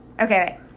Okay